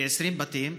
כ-20 בתים,